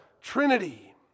Trinity